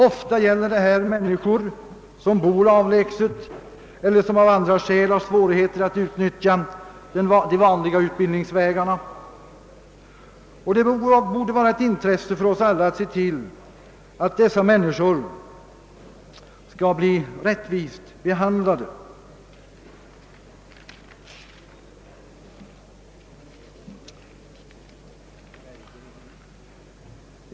Ofta gäller det människor som bor avlägset eller som av andra skäl har svårigheter att utnyttja de vanliga utbildningsvägarna. Det borde vara ett intresse för oss alla att dessa människor blir rättvist behandlade.